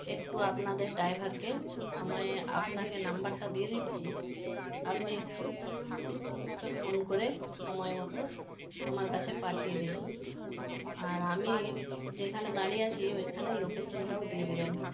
একটু আপনাদের ড্ৰাইভারকে আমায় আপনাকে নম্বরটা দিয়ে দিচ্ছি আপনি একটু ওকে ফোন করে সময় মতো আমার কাছে পাঠিয়ে দিন আর আমি যেখানে দাঁড়িয়ে আছি ওইখানের লোকেশানটাও দিয়ে দেবেন